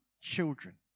children